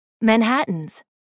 Manhattans